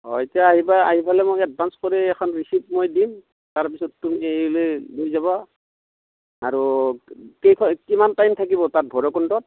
অঁ এতিয়া আহিবা আহি পালে মোক এডভান্স কৰি এখন ৰিচিপ মই দিম তাৰপিছত তুমি এই লৈ যাবা আৰু কিমান টাইম থাকিব তাত ভৈৰৱকুণ্ডত